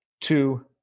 two